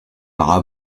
aura